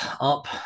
up